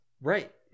Right